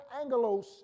angelos